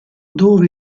dove